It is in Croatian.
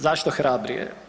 Zašto hrabrije?